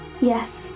Yes